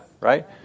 right